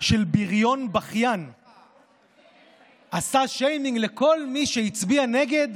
של בריון בכיין עשה שיימינג לכל מי שהצביע נגד